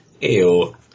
Ew